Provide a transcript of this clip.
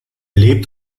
lebt